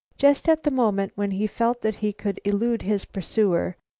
just at the moment when he felt that he could elude his pursuer,